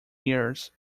years